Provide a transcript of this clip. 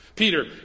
Peter